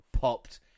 popped